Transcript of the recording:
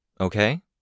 Okay